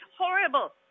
horrible